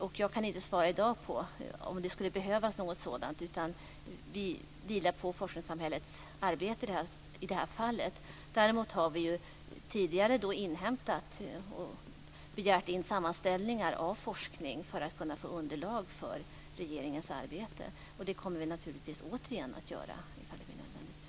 Jag kan i dag inte svara på om det skulle behövas något sådant. Vi vilar på forskningssamhällets arbete i detta fall. Däremot har vi tidigare inhämtat och begärt in sammanställningar av forskning för att kunna få underlag för regeringens arbete. Det kommer vi naturligtvis återigen att göra ifall det blir nödvändigt.